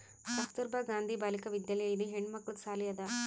ಕಸ್ತೂರ್ಬಾ ಗಾಂಧಿ ಬಾಲಿಕಾ ವಿದ್ಯಾಲಯ ಇದು ಹೆಣ್ಮಕ್ಕಳದು ಸಾಲಿ ಅದಾ